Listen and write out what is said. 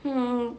mmhmm